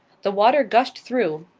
the water gushed through,